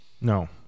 No